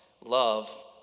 Love